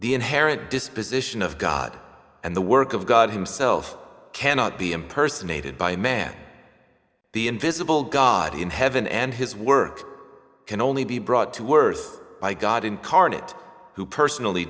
the inherent disposition of god and the work of god himself cannot be impersonated by man the invisible god in heaven and his work can only be brought to worth by god incarnate who personally